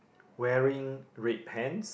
wearing red pants